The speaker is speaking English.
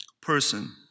person